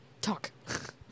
Talk